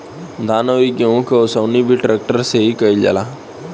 धान अउरी गेंहू के ओसवनी भी ट्रेक्टर से ही कईल जाता